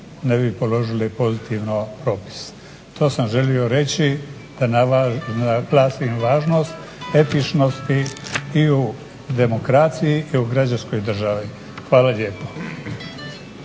ne bi položili pozitivno propis. To sam želio reći da naglasim važnost etičnosti i u demokraciji i u građanskoj državi. Hvala lijepo.